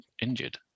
injured